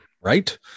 Right